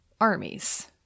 armies